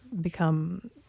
become